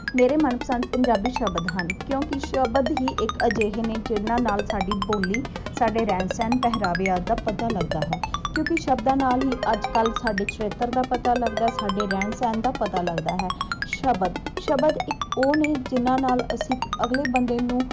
ਮੇਰੇ ਮਨਪਸੰਦ ਪੰਜਾਬੀ ਸ਼ਬਦ ਹਨ ਕਿਉਂਕਿ ਸ਼ਬਦ ਹੀ ਇੱਕ ਅਜਿਹੇ ਨੇ ਜਿਹਨਾਂ ਨਾਲ ਸਾਡੀ ਬੋਲੀ ਸਾਡੇ ਰਹਿਣ ਸਹਿਣ ਪਹਿਰਾਵੇ ਆਦਿ ਦਾ ਪਤਾ ਲੱਗਦਾ ਹੈ ਕਿਉਂਕਿ ਸ਼ਬਦਾਂ ਨਾਲ ਹੀ ਅੱਜ ਕੱਲ੍ਹ ਸਾਡੇ ਚਰਿੱਤਰ ਦਾ ਪਤਾ ਲੱਗਦਾ ਸਾਡੇ ਰਹਿਣ ਸਹਿਣ ਦਾ ਪਤਾ ਲੱਗਦਾ ਹੈ ਸ਼ਬਦ ਸ਼ਬਦ ਇੱਕ ਉਹ ਨਹੀਂ ਜਿਹਨਾਂ ਨਾਲ ਅਸੀਂ ਅਗਲੇ ਬੰਦੇ ਨੂੰ